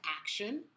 action